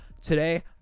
Today